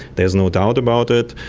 there's no doubt about it.